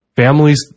families